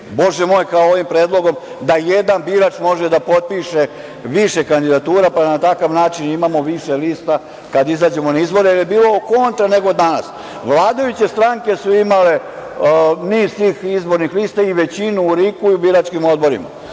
bože moj, kao ovim predlogom da jedan birač može da potpiše više kandidatura, pa na takav način imamo više lista kada izađemo na izbore, jer je bilo kontra nego danas. Vladajuće stranke su imale niz tih izbornih lista i većinu u RIK-u i biračkim odborima.